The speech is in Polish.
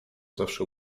zawsze